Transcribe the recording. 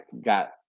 got